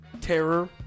terror